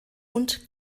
und